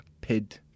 pid